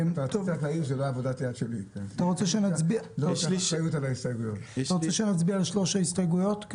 אתה רוצה שנצביע על שלוש ההסתייגויות?